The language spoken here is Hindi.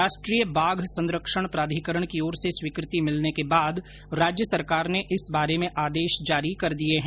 राष्ट्रीय बाघ संरक्षण प्राधिकरण की ओर से स्वीकृति मिलने के बाद राज्य सरकार ने इस बारे में आदेश जारी कर दिए है